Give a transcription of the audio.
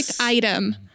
item